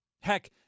Heck